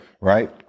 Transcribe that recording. right